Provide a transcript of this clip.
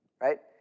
right